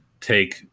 take